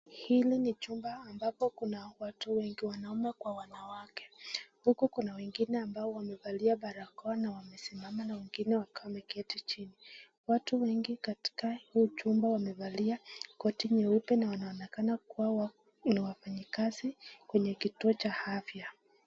Hili ni chumba ambapo kuna watu wengi wanaume kwa wanawake. Huku kuna wengine ambao wamevalia barakoa na wamesimama na wengine wakawa wameketi chini. Watu wengi katika huyu chumba wamevalia koti nyeupe na wanaonekana kuwa ni wafanyikazi kwenye kituo cha afya.